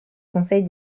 conseil